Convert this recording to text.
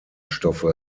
stoffe